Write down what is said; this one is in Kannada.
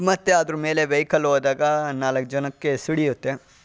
ಮತ್ತು ಅದರ ಮೇಲೆ ವೆಯ್ಕಲ್ ಹೋದಾಗ ನಾಲ್ಕು ಜನಕ್ಕೆ ಸಿಡಿಯುತ್ತೆ